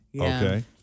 Okay